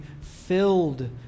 filled